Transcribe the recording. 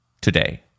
today